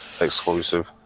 exclusive